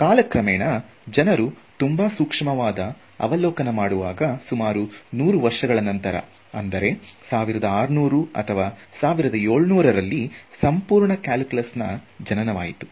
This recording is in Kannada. ಕಾಲಕ್ರಮೇಣ ಜನರು ತುಂಬಾ ಸೂಕ್ಷ್ಮವಾದ ಅವಲೋಕನ ಮಾಡುವಾಗ ಸುಮಾರು ನೂರು ವರುಷಗಳ ನಂತರ ಅಂದರೆ 1600 ಅಥವಾ 1700 ರಲ್ಲಿ ಸಂಪೂರ್ಣ ಕಲ್ಕ್ಯುಲಸ್ ನ ಜನನವಾಯಿತು